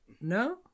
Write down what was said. no